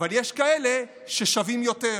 אבל יש כאלה ששווים יותר.